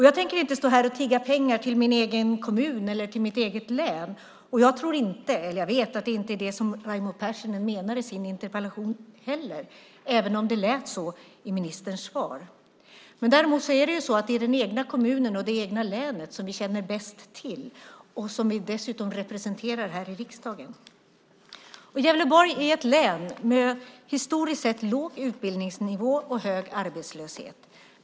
Jag tänker inte stå här och tigga pengar till min hemkommun eller mitt hemlän, och jag vet att det inte är det Raimo Pärssinen heller menar i sin interpellation, även om det lät så av ministerns svar. Däremot känner vi bäst till den egna kommunen och det egna länet, och det är dem vi också representerar i riksdagen. Gävleborg är ett län med historiskt sett låg utbildningsnivå och hög arbetslöshet.